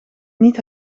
niet